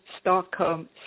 Stockholm